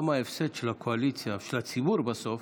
מה ההפסד של הקואליציה ושל הציבור בסוף